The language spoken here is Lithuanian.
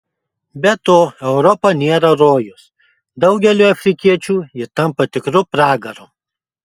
be to europa nėra rojus daugeliui afrikiečių ji tampa tikru pragaru